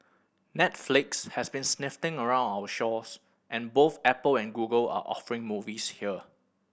Netflix has been sniffing around our shores and both Apple and Google are offering movies here